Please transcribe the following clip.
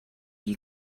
you